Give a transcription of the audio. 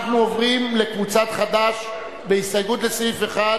אנחנו עוברים לקבוצת חד"ש בהסתייגות לסעיף 1,